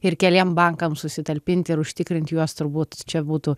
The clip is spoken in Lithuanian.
ir keliem bankam susitalpint ir užtikrinti juos turbūt čia būtų